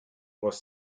was